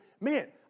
man